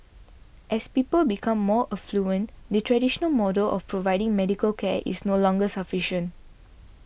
as people become more affluent the traditional model of providing medical care is no longer sufficient